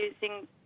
using